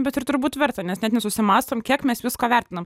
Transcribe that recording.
bet ir turbūt verta nes net nesusimąstom kiek mes visko vertinam